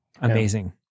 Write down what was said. amazing